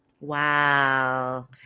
Wow